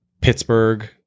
Pittsburgh